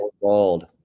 bald